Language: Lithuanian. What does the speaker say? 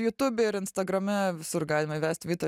jutube ir instagrame visur galime įvest vitą